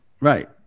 Right